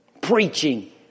Preaching